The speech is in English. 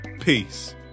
Peace